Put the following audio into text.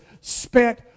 spent